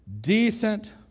decent